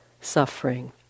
suffering